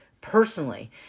personally